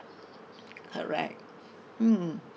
correct mm